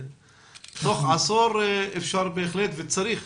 תוך עשור אפשר וצריך